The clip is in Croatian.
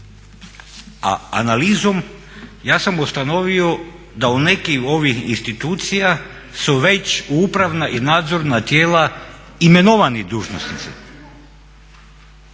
a analizom ja sam ustanovio da u nekih ovih institucija su već u upravna i nadzorna tijela imenovani dužnosnici.